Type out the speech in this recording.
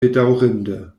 bedaŭrinde